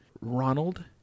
Ronald